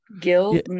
guilt